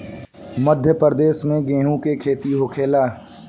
मध्यप्रदेश में गेहू के खेती होखेला